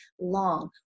long